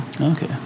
Okay